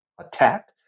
attack